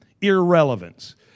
irrelevance